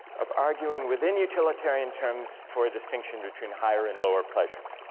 of arguing within utilitarian terms for a distinction between higher and lower pleasures.